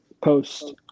post